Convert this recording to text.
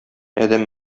адәм